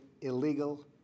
illegal